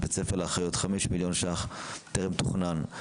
בית ספר לאחיות 5 מיליון ש"ח, טרם תוכנן.